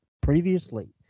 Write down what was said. previously